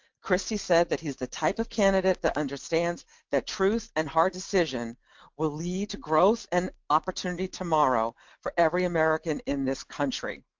christie said that he is the type of candidate that understands that truth and hard decisions will lead to growth and opportunity tomorrow for every american in this country.